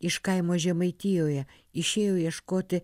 iš kaimo žemaitijoje išėjo ieškoti